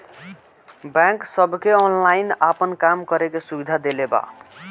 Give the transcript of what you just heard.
bank सबके online आपन काम करे के सुविधा देले बा